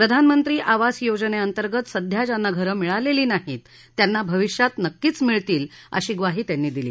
प्रधानमंत्री आवास योजनेअंतर्गत सध्या ज्यांना घरं मिळालेली नाहीत त्यांना भविष्यात नक्कीच मिळतील अशी ग्वाही त्यांनी दिली